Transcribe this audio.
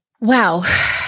Wow